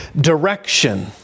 direction